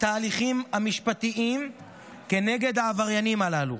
התהליכים המשפטיים כנגד העבריינים הללו.